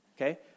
Okay